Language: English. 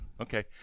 Okay